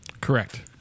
Correct